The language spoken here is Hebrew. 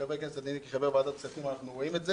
כחברי כנסת אני כחבר ועדת הכספים אנחנו רואים את זה.